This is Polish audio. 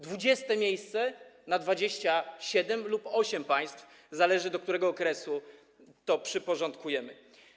20. miejsce na 27 lub 28 państw, zależy, do którego okresu to przyporządkujemy.